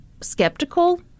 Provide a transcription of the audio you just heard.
skeptical